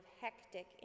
hectic